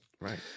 Right